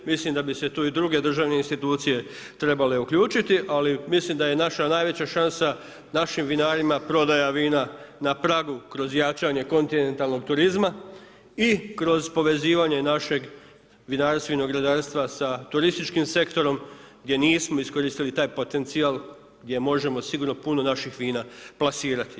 Mislim da bi se tu i druge državne institucije trebale uključiti ali mislim da je naša najveća šansa našim vinarima prodaja vina na pragu kroz jačanje kontinentalnog turizma i kroz povezivanje našeg vinarstva i vinogradarstva sa turističkim sektorom gdje nismo iskoristili taj potencijal gdje možemo sigurno puno naših vina plasirati.